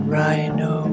Rhino